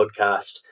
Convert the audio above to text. podcast